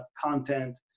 content